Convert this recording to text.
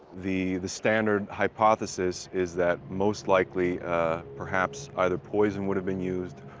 the the standard hypothesis is that most likely perhaps either poison would have been used,